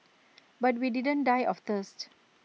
but we didn't die of thirst